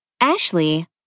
Ashley